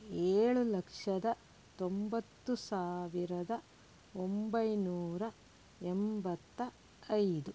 ಏಳು ಲಕ್ಷದ ತೊಂಬತ್ತು ಸಾವಿರದ ಒಂಬೈನೂರ ಎಂಬತ್ತ ಐದು